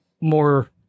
more